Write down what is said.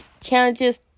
challenges